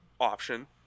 option